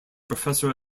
professor